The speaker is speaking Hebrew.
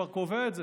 כבר קובע את זה,